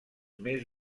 més